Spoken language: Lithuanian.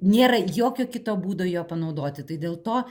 nėra jokio kito būdo jo panaudoti tai dėl to